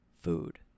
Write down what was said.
food